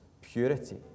purity